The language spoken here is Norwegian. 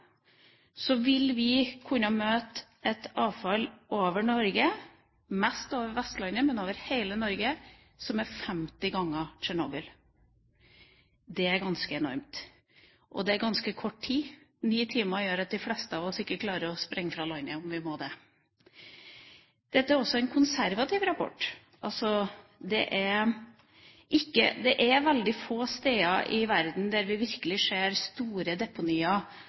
vil kunne få nedfall over Norge – mest over Vestlandet, men over hele landet – som er 50 ganger Tsjernobyl. Det er ganske enormt, og man har ganske kort tid. Ni timer gjør at de fleste av oss ikke klarer å springe fra landet om vi må det. Dette er en konservativ rapport. Det er veldig få steder i verden der vi virkelig ser store deponier